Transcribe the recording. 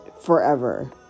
forever